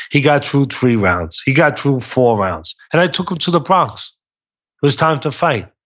he got through three rounds, he got through four rounds and i took him to the bronx. it was time to fight.